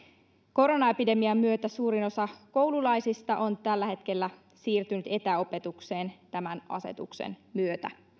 koronaepidemian myötä suurin osa koululaisista on tällä hetkellä siirtynyt etäopetukseen tämän asetuksen myötä